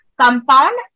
compound